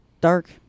dark